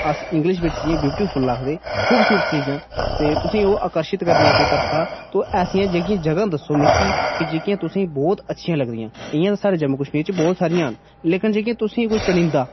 अस इंग्लिश बिच्च इ'यां ब्यूटीफुल आखदे खुबसूरत चीजां तुसेंगी ओह् आकर्शित करदियां अपनी तरफा एह्सियां जेह्ड़ियां जगह् दस्सो मिगी जेह्कियां बहुत अच्छियां लगदियां जि'यां साढ़े जम्मू कश्मीर च बहुत सारियां न तुसेंगी कोई चुनिंदा